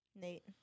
Nate